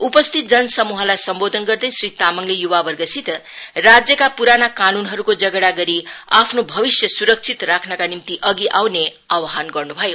उपस्थित जनसमूहलाइ सम्बोधन गर्दै श्री तामाङले युवावर्गसित राज्यका पुराना कानुनहरुको जगेड़ा गरी आफ्नो भविष्य सुरक्षित राख्नका निम्ति अघि आउने आव्हान गर्नु भयो